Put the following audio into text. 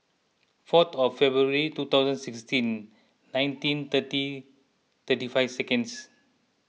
four of February two thousand sixteen nineteen thirty thirty five seconds